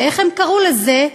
ש-איך הם קראו לזה?